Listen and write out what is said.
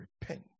repent